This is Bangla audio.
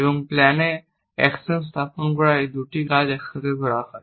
এবং প্ল্যানে অ্যাকশন স্থাপন করার দুই কাজ একই সাথে করা হয়